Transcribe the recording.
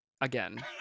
again